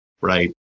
right